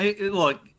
Look